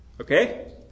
Okay